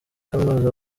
kaminuza